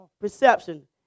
Perception